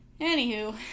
Anywho